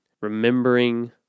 remembering